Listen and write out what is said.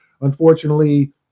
unfortunately